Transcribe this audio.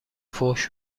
فحش